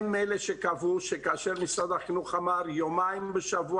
הם אלה שקבעו כאשר משרד החינוך אמר: יומיים בשבוע,